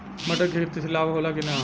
मटर के खेती से लाभ होला कि न?